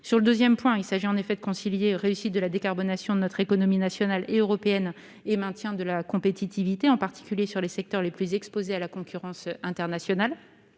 votre question, il faut en effet concilier réussite de la décarbonation de nos économies, nationale et européenne, et maintien de la compétitivité, en particulier dans les secteurs les plus exposés à la concurrence internationale.